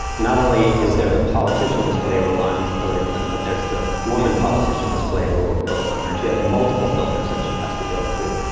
not only is there the politician display rule on hillary clinton, but there's the woman politician display rule imposed on her. she has multiple filters that she has to go through.